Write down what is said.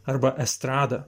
arba estradą